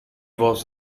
was